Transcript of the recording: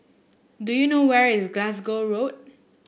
do you know where is Glasgow Road